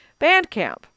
Bandcamp